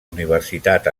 universitat